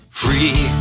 free